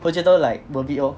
我觉得 like worth it lor